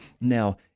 Now